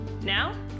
Now